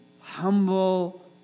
humble